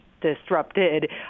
disrupted